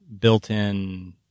built-in